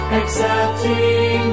accepting